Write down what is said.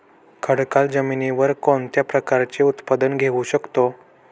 खडकाळ जमिनीवर कोणत्या प्रकारचे उत्पादन घेऊ शकतो?